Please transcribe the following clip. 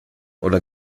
oder